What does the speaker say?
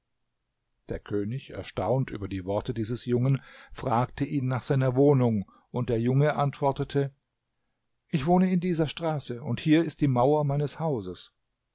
der könig erstaunt über die worte dieses jungen fragte ihn nach seiner wohnung und der junge antwortete ich wohne in dieser straße und hier ist die mauer meines hauses